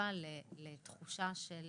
תגובה לתחושה של